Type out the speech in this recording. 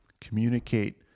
communicate